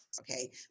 Okay